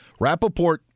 Rappaport